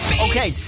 Okay